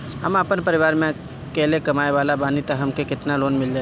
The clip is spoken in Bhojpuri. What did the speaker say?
हम आपन परिवार म अकेले कमाए वाला बानीं त हमके केतना लोन मिल जाई?